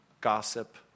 gossip